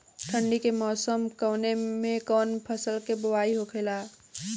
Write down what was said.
ठंडी के मौसम कवने मेंकवन फसल के बोवाई होखेला?